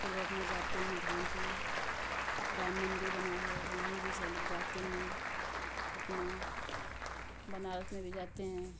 सब लोग अपना जाते हैं धाम पे राम मंदिर बना है वहां भी सब लोग जाते हैं अपना बनारस में भी जाते हैं